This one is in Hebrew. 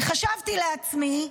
וחשבתי לעצמי,